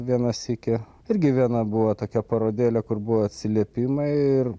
vieną sykį irgi viena buvo tokia parodėlė kur buvo atsiliepimai ir